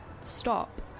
stop